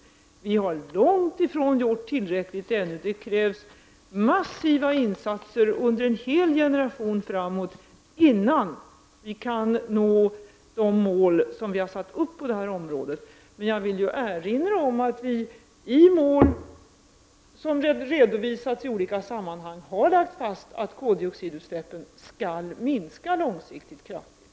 Vi har långt ifrån gjort tillräckligt ännu. Det krävs massiva insatser under en hel generation framåt innan vi kan nå de mål som vi har satt upp på detta område. Men jag vill erinra om att vi i fråga om mål som har redovisats i olika sammanhang har lagt fast att koldioxidutsläppen långsiktigt skall minska kraftigt.